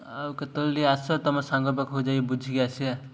ଆଉ କେତେବେଳେ ଟିକେଏ ଆସ ତୁମ ସାଙ୍ଗ ପାଖକୁ ଯାଇକି ବୁଝିକି ଆସିବା